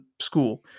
school